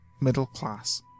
middle-class